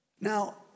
Now